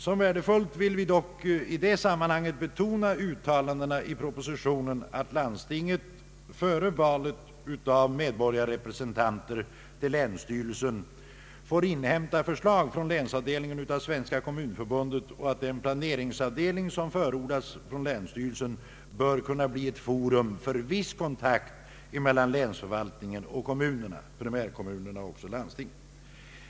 Som värdefullt vill vi dock i det sammanhanget betona uttalandena i propositionen om att landstinget före valet av medborgarrepresentanter till länsstyrelse får inhämta förslag från länsavdelningen av Svenska kommunförbundet och att den planeringsberedning som förordas för länsstyrelsen bör kunna bli ett forum för viss kontakt mellan länsförvaltningen och kommunerna, primärkommunerna såväl som landstingen.